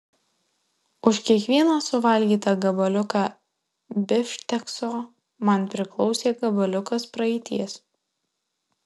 už kiekvieną suvalgytą gabaliuką bifštekso man priklausė gabaliukas praeities